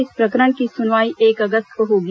इस प्रकरण की सुनवाई एक अगस्त को होगी